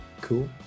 Cool